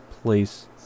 place